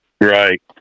Right